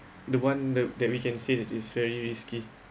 the one that that we can say that is very risky